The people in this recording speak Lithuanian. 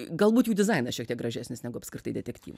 galbūt jų dizainas šiek tiek gražesnis negu apskritai detektyvų